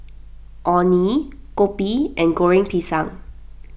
Orh Nee Kopi and Goreng Pisang